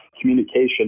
communication